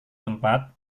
tempat